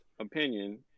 opinion